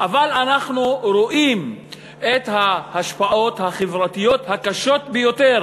אבל אנחנו רואים את ההשפעות החברתיות הקשות ביותר